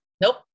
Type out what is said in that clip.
nope